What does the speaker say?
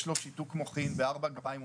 יש לו שיתוק מוחין בארבע גפיים,